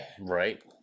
Right